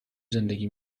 زندگی